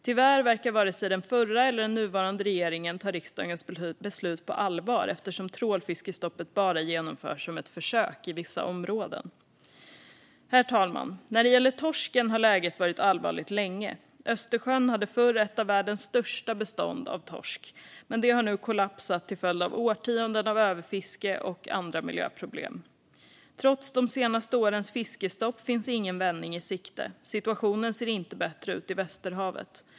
Tyvärr tog inte den förra regeringen riksdagens beslut på allvar. Det gör inte heller den nuvarande regeringen, eftersom trålfiskestoppet bara genomförs som ett försök i vissa områden. Herr talman! När det gäller torsken har läget varit allvarligt länge. Östersjön hade förr ett av världens största bestånd av torsk. Men det har nu kollapsat till följd av årtionden av överfiske och andra miljöproblem. Trots de senaste årens fiskestopp finns ingen vändning i sikte. Situationen ser inte bättre ut i Västerhavet.